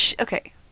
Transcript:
okay